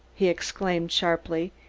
he exclaimed sharply,